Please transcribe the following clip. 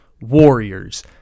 Warriors